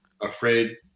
afraid